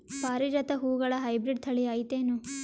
ಪಾರಿಜಾತ ಹೂವುಗಳ ಹೈಬ್ರಿಡ್ ಥಳಿ ಐತೇನು?